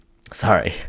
Sorry